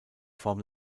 form